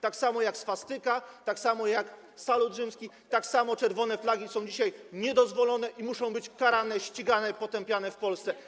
Tak samo jak swastyka, tak samo jak salut rzymski, tak samo czerwone flagi są dzisiaj niedozwolone i muszą być karane, ścigane, potępiane w Polsce.